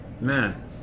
Man